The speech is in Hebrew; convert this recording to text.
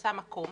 שעושה מקום